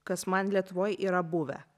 kas man lietuvoj yra buvę